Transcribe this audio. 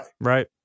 right